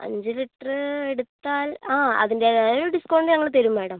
അഞ്ച് ലിറ്റർ എടുത്താൽ ആ അതിൻ്റെതായ ഒരു ഡിസ്ക്കൗണ്ട് ഞങ്ങൾ തരും മേഡം